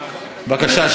בבקשה.